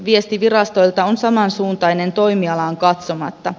viesti virastoilta on samansuuntainen toimialaan katsomatta